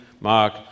Mark